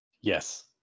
Yes